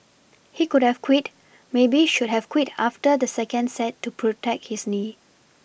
he could have quit maybe should have quit after the second set to protect his knee